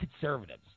conservatives